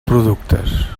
productes